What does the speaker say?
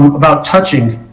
about touching?